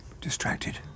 distracted